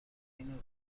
این